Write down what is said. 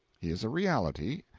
he is a reality,